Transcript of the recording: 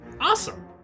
Awesome